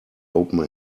open